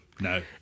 No